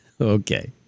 Okay